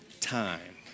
time